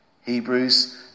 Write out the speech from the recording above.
Hebrews